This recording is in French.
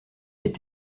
est